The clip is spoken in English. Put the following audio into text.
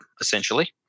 essentially